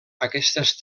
aquestes